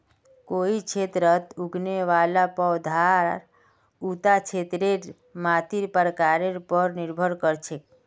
कोई क्षेत्रत उगने वाला पौधार उता क्षेत्रेर मातीर प्रकारेर पर निर्भर कर छेक